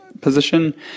position